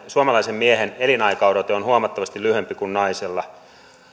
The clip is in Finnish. suomalaisen miehen elinaikaodote on huomattavasti lyhyempi kuin naisella